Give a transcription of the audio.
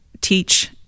teach